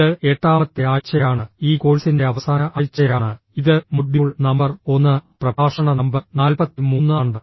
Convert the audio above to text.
ഇത് എട്ടാമത്തെ ആഴ്ചയാണ് ഈ കോഴ്സിന്റെ അവസാന ആഴ്ചയാണ് ഇത് മൊഡ്യൂൾ നമ്പർ 1 പ്രഭാഷണ നമ്പർ 43 ആണ്